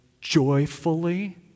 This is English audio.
joyfully